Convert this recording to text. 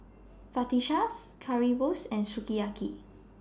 Fajitas Currywurst and Sukiyaki